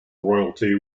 royalty